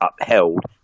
upheld